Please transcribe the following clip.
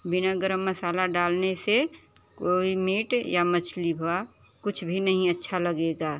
बिना गरम मसाला डालने से कोई मीट या मछली भवा कुछ भी नही अच्छा लगेगा